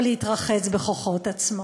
או להתרחץ בכוחות עצמו,